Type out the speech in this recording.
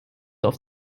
auf